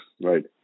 Right